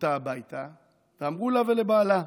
אותה הביתה ואמרו לה ולבעלה: